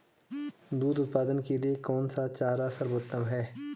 दूध उत्पादन के लिए कौन सा चारा सर्वोत्तम है?